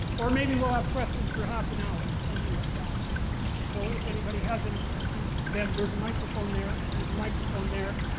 or maybe we'll have questions for half an hour, something like that. and so, if anybody has any questions, then, there's a microphone there, and there's a microphone there.